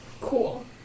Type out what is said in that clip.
Cool